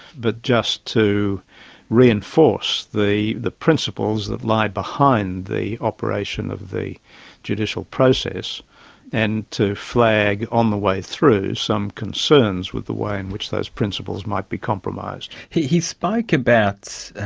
but just to reinforce the the principles that lie behind the operation of the judicial process and to flag on the way through some concerns with the way in which those principles might be compromised. he he spoke about